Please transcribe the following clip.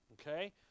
Okay